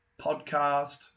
podcast